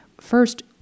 First